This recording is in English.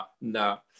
no